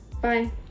Bye